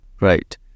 Right